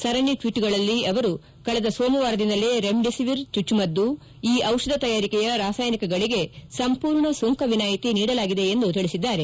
ಸರಣಿ ಟ್ಷೀಟ್ಗಳಲ್ಲಿ ಅವರು ಕಳೆದ ಸೋಮವಾರದಿಂದಲೇ ರೆಮ್ಡಿಸಿವಿರ್ ಚುಚ್ಚುಮದ್ದು ಈ ಔಷಧ ತಯಾರಿಕೆಯ ರಾಸಾಯನಿಕಗಳಿಗೆ ಸಂಪೂರ್ಣ ಸುಂಕ ವಿನಾಯಿತಿ ನೀಡಲಾಗಿದೆ ಎಂದು ತಿಳಿಸಿದ್ದಾರೆ